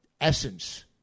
essence